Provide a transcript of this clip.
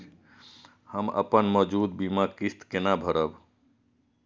हम अपन मौजूद बीमा किस्त केना भरब?